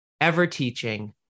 ever-teaching